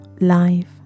life